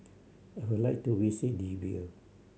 I would like to visit Libya